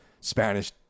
Spanish-